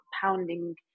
pounding